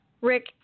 Rick